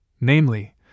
namely